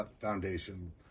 foundation